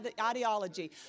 ideology